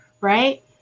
right